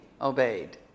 obeyed